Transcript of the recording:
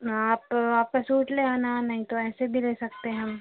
आप आपका सूट ले आना नहीं तो ऐसे भी ले सकते हैं हम